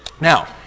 Now